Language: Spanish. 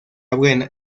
abren